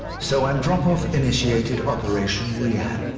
so andropov initiated operation ryan,